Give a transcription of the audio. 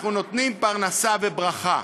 אנחנו נותנים פרנסה וברכה.